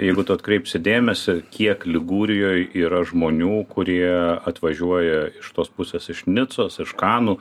jeigu tu atkreipsi dėmesį kiek ligūrijoj yra žmonių kurie atvažiuoja iš tos pusės iš nicos iš kanų